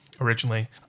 originally